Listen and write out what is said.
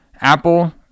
Apple